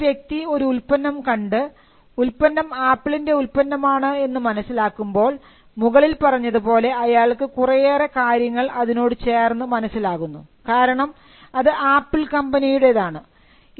ഇപ്പോൾ ഒരു വ്യക്തി ഒരു ഉൽപ്പന്നം കണ്ടു ഉൽപ്പന്നം ആപ്പിളിൻറെ ഉൽപന്നമാണ് എന്ന് മനസ്സിലാക്കുമ്പോൾ മുകളിൽ പറഞ്ഞതുപോലെ അയാൾക്ക് കുറെയേറെ കാര്യങ്ങൾ അതിനോടു ചേർന്നു മനസ്സിലാകുന്നു കാരണം അത് ആപ്പിൾ കമ്പനിയുടേതാണ്